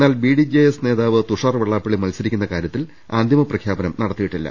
എന്നാൽ ബിഡിജെഎസ് നേതാവ് തുഷാർ വെള്ളാപ്പള്ളി മത്സരിക്കുന്ന കാര്യ ത്തിൽ അന്തിമ പ്രഖ്യാപനം നടത്തിയിട്ടില്ല